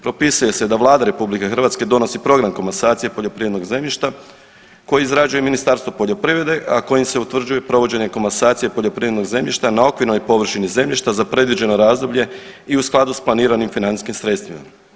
Propisuje se da Vlada RH donosi program komasacije poljoprivrednog zemljišta koje izrađuje Ministarstvo poljoprivrede, a kojim se utvrđuje provođenje komasacije poljoprivrednog zemljišta na okvirnoj površini zemljišta za predviđeno razdoblje i u skladu sa planiranim financijskim sredstvima.